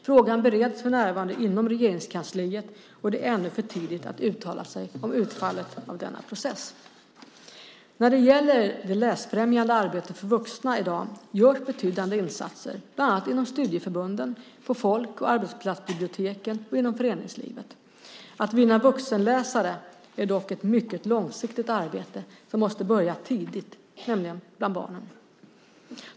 Frågan bereds för närvarande inom Regeringskansliet, och det är ännu för tidigt att uttala sig om utfallet av denna process. När det gäller det läsfrämjande arbetet för vuxna görs i dag betydande insatser bland annat inom studieförbunden, på folk och arbetsplatsbiblioteken och inom föreningslivet. Att vinna vuxenläsare är dock ett mycket långsiktigt arbete, som måste börja tidigt - nämligen bland barnen.